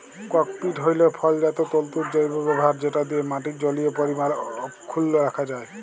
cocopeat হ্যইল ফলজাত তল্তুর জৈব ব্যাভার যেট দিঁয়ে মাটির জলীয় পরিমাল অখ্খুল্ল রাখা যায়